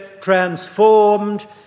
transformed